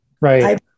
Right